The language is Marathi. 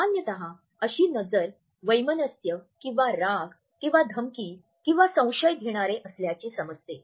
सामान्यत अशी नजर वैमनस्य किंवा राग किंवा धमकी किंवा संशय घेणारे असल्याचे समजते